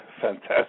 fantastic